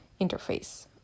interface